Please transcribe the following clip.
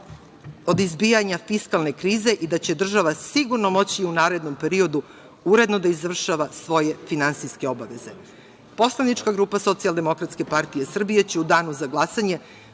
od izbijanja fiskalne krize i da će država moći sigurno u narednom periodu uredno da izvršava svoje finansijske obaveze. Poslanička grupa Socijaldemokratske partije Srbije će u danu za glasanje